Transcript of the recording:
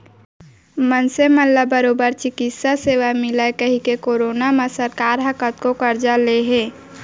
मनसे मन ला बरोबर चिकित्सा सेवा मिलय कहिके करोना म सरकार ह कतको करजा ले हे